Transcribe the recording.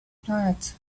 planet